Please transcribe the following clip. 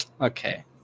Okay